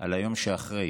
על היום שאחרי.